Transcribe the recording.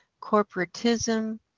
corporatism